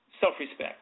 self-respect